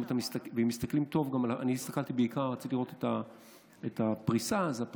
אני רציתי לראות את הפריסה, אז הסתכלתי.